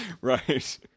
Right